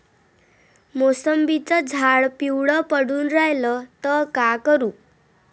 मोसंबीचं झाड पिवळं पडून रायलं त का करू?